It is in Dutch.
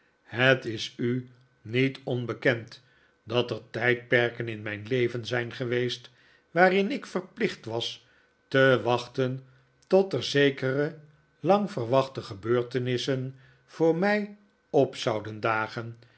het is u niet onbekend dat er tijdperken in mijn leven zijn geweest waarin ik verplicht was te wachten tot er zekere lang verwachte gebeurtenissen voor mij op zouden dage